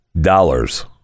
dollars